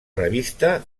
revista